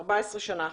לפני 14 שנה.